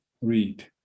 read